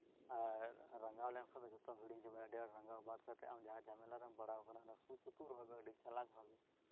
ᱟᱨ ᱨᱟᱸᱜᱟᱣ ᱞᱮᱱᱠᱷᱟᱱ ᱡᱚᱛᱚᱢ ᱦᱤᱲᱤᱧ ᱪᱟᱵᱟᱭᱟ ᱨᱟᱸᱜᱟᱣ ᱵᱟᱫ ᱠᱟᱛᱮ ᱡᱟᱦᱟᱸ ᱡᱟᱢᱮᱞᱟ ᱨᱮᱢ ᱯᱟᱲᱟᱣ ᱟᱠᱟᱱᱟ ᱚᱱᱟ ᱟᱹᱰᱤ ᱥᱩᱜ ᱥᱩᱛᱨᱩᱡ